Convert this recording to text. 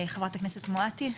חברת הכנסת, מואטי.